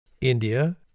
India